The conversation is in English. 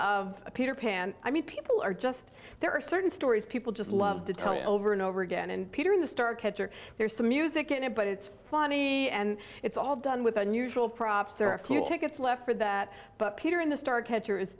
a peter pan i mean people are just there are certain stories people just love to tell you over and over again and peter in the star catcher there's some music in it but it's funny and it's all done with unusual props there are a few tickets left for that but peter in the star catcher is